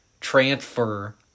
transfer